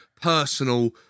personal